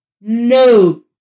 no